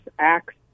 acts